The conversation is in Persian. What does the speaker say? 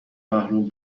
محروم